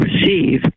receive